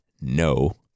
no